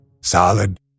solid